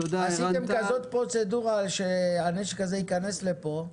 עשיתם כזאת פרוצדורה שהנשק הזה ייכנס לפה.